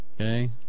Okay